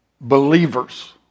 believers